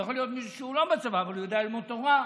יכול להיות מישהו שהוא לא בצבא אבל הוא יודע ללמוד תורה.